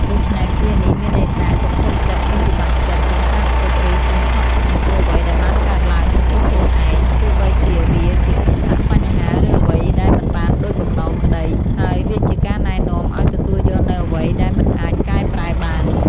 ដូច្នេះ ឃ្លានេះមានន័យថា កុំតូចចិត្ត កុំពិបាកចិត្ត កុំកើតទុក្ខ ឬកុំខកចិត្តចំពោះអ្វីដែលបានកើតឡើងចំពោះខ្លួនឯង ទោះបីជាវាជាឧបសគ្គ បញ្ហា ឬអ្វីដែលមិនបានដូចបំណងក្តី ហើយវាជាការណែនាំឱ្យទទួលយកនូវអ្វីដែលមិនអាចកែប្រែបាន។